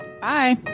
Bye